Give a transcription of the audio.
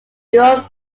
europe